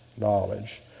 knowledge